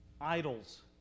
idols